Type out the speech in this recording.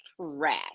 trash